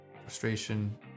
frustration